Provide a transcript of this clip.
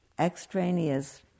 extraneous